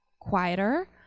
quieter